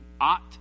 ought